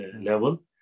level